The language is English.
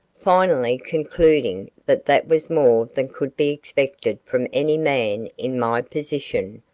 finally concluding that that was more than could be expected from any man in my position,